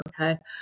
Okay